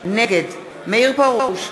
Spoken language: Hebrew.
נגד מאיר פרוש,